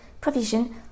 provision